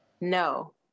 No